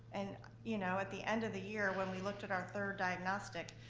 and you know at the end of the year, when we looked at our third diagnostic,